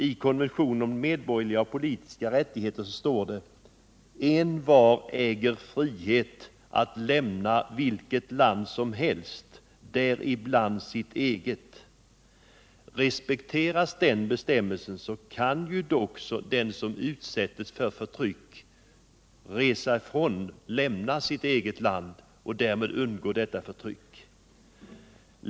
I konventionen om medborgerliga och politiska rättigheter står: ”Envar äger frihet att lämna vilket land som helst, däribland sitt eget.” Respekteras denna bestämmelse, kan ju den som utsätts för förtryck lämna sitt eget land och därmed undgå förtrycket.